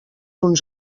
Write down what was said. uns